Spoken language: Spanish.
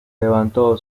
levantó